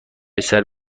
پسر